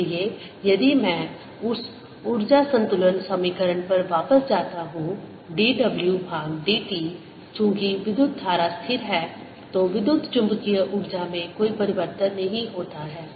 इसलिए यदि मैं उस ऊर्जा संतुलन समीकरण पर वापस जाता हूं dw भाग dt चूंकि विद्युत धारा स्थिर है तो विद्युतचुम्बकीय ऊर्जा में कोई परिवर्तन नहीं होता है